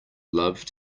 love